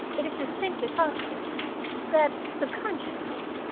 it is distinctly possible that, sub-consciously,